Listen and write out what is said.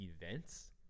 events